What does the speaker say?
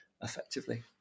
effectively